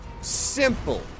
simple